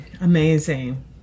amazing